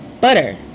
butter